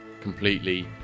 completely